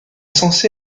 censé